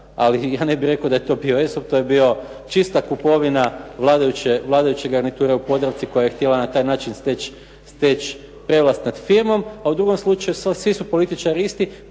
ali ja ne bih rekao da je to bio ESOP, to je bila čista kupovina vladajuće garniture u Podravci koja je htjela na taj način steći prevlast nad firmom. A u drugom slučaju svi su političari isti,